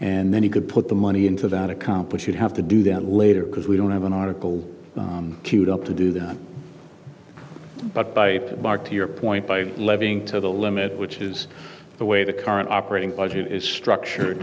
and then you could put the money into that accomplish you have to do that later because we don't have an article queued up to do that but by mark to your point by levying to the limit which is the way the current operating budget is structured